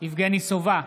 יבגני סובה,